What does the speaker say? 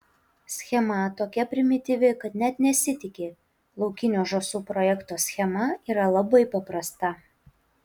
schema tokia primityvi kad net nesitiki laukinių žąsų projekto schema yra labai paprasta